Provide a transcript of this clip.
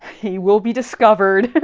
he will be discovered!